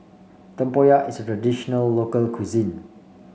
tempoyak is a traditional local cuisine